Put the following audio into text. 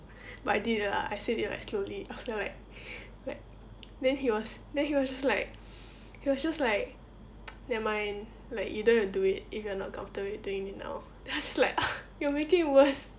but I did it lah I said it like slowly after like like then he was then he was just like he was just like nevermind like you don't have to do it if you're not comfortable with doing it now then I was just like ugh you're making it worse